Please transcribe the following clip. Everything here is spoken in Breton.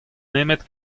nemet